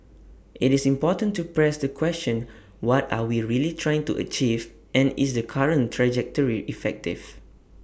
IT is important to press the question what are we really trying to achieve and is the current trajectory effective